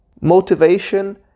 motivation